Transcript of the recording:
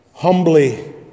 Humbly